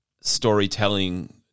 storytelling